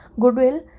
goodwill